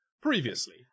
Previously